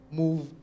move